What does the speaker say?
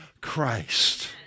Christ